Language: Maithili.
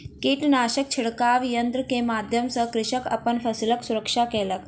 कीटनाशक छिड़काव यन्त्र के माध्यम सॅ कृषक अपन फसिलक सुरक्षा केलक